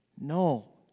No